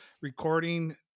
recording